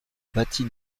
bâtie